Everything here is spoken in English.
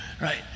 Right